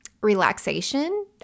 relaxation